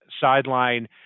sideline